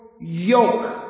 yoke